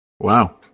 Wow